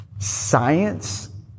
science